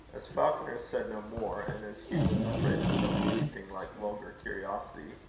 as falconer said no more, and as hugh was afraid of showing anything like vulgar curiosity,